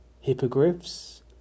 Hippogriffs